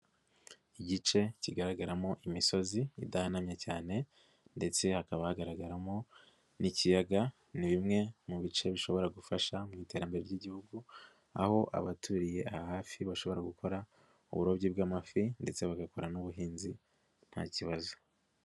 Igice kigaragaramo imisozi idahanamye cyane ndetse hakaba hagaragaramo n'ikiyaga, ni bimwe mu bice bishobora gufasha mu iterambere ry'Igihugu, aho abaturiye hafi bashobora gukora uburobyi bw'amafi ndetse bagakora n'ubuhinzi nta kibazo.